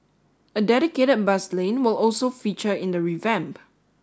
a dedicated bus lane will also feature in the revamp